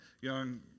young